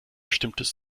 bestimmtes